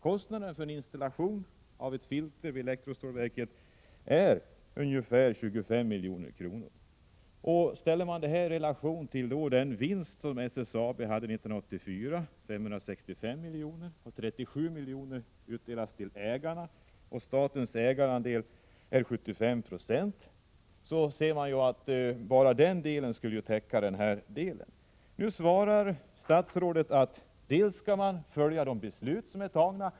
Kostnaden för en installation av ett filter vid elektrostålverket är ungefär 25 milj.kr. Ställer man detta i relation till den vinst som SSAB hade 1984, 565 miljoner, varav 37 miljoner utdelas till ägarna, och statens ägarandel som är 75 96, ser man att enbart statens vinstandel skulle täcka kostnaden för denna investering. Nu svarar statsrådet bl.a. att man skall följa de beslut som är fattade.